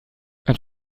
and